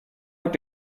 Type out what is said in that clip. like